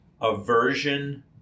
aversion